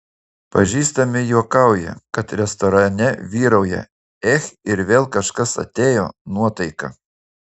pažįstami juokauja kad restorane vyrauja ech ir vėl kažkas atėjo nuotaika